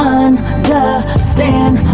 understand